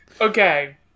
Okay